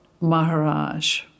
Maharaj